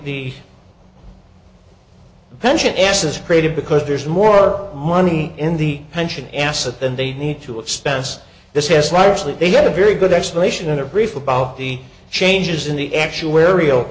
the pension assets created because there's more money in the pension asset than they need to expense this has not actually they had a very good explanation in their brief about the changes in the actuarial